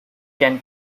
can